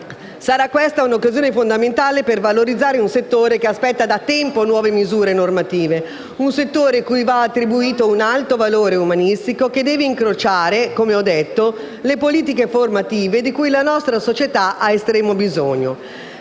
Sarà questa un'occasione fondamentale per valorizzare un settore che aspetta da tempo nuove misure normative; un settore cui va attribuito un alto valore umanistico che deve incrociare - come ho detto - le politiche formative, di cui la nostra società ha estremo bisogno.